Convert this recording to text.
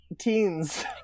teens